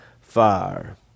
fire